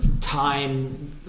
time